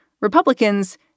Republicans